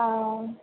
आम्